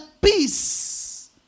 peace